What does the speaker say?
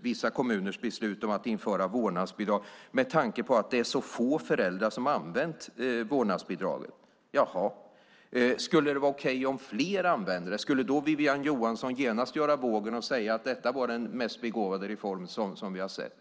vissa kommuners beslut om att införa vårdnadsbidrag med tanke på att det är så få föräldrar som har använt vårdnadsbidraget. Skulle det vara okej om fler använde det? Skulle Wiwi-Anne Johansson då genast göra vågen och säga att detta var den mest begåvade reform som vi har sett?